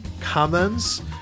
comments